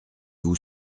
vous